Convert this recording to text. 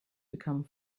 become